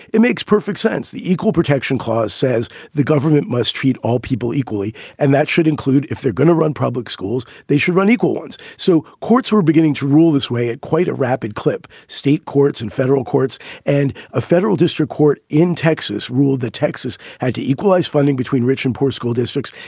it makes perfect sense. the equal protection clause says the government must treat all people equally, and that should include if they're going to run public schools, they should run equal ones. so courts were beginning to rule this way at quite a rapid clip. state courts and federal courts and a federal district court in texas ruled that texas had to equalize funding between rich and poor school districts.